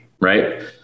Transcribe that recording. right